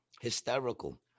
hysterical